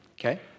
Okay